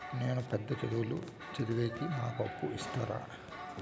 నేను పెద్ద చదువులు చదివేకి నాకు అప్పు ఇస్తారా